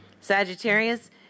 Sagittarius